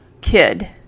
kid